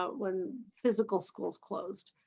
ah when physical schools closed,